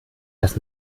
das